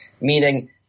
meaning